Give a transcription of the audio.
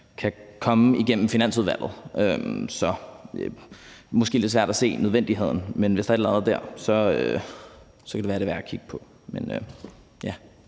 kan komme igennem Finansudvalget. Så det er måske lidt svært at se nødvendigheden. Men hvis der er et eller andet dér, kan det være, at det er værd at kigge på.